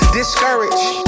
discouraged